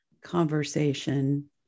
conversation